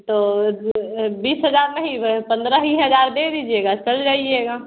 तो बीस हज़ार नहीं ब पंद्रह ही हज़ार ही दे दीजिएगा चल जाइएगा